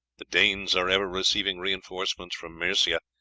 the danes are ever receiving reinforcements from mercia,